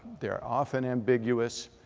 they're often ambiguous.